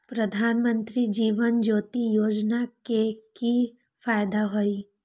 प्रधानमंत्री जीवन ज्योति योजना के की फायदा हई?